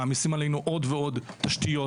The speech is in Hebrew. מעמיסים עלינו עוד ועוד תשתיות,